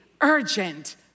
urgent